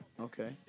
Okay